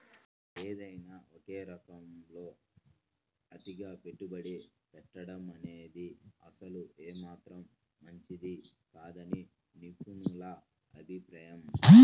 ఏదైనా ఒకే రంగంలో అతిగా పెట్టుబడి పెట్టడమనేది అసలు ఏమాత్రం మంచిది కాదని నిపుణుల అభిప్రాయం